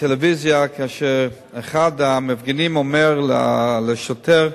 מהטלוויזיה כאשר אחד המפגינים אומר לשוטר,